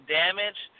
damage